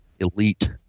Elite